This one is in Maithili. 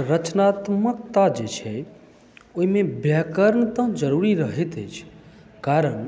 रचनात्मकता जे छै ओहिमे व्याकरण तऽ जरुरी रहैत अछि कारण